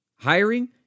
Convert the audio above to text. Hiring